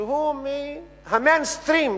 הוא מה"מיינסטרים".